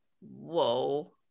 Whoa